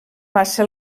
passa